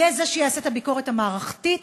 יהיה זה שיעשה את הביקורת המערכתית,